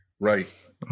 right